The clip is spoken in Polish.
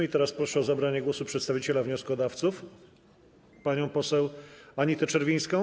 I teraz proszę o zabranie głosu przedstawiciela wnioskodawców panią poseł Anitę Czerwińską.